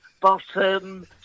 bottom